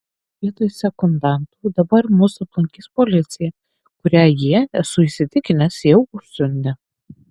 vietoj sekundantų dabar mus aplankys policija kurią jie esu įsitikinęs jau užsiundė